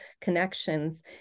connections